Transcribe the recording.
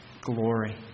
glory